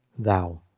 thou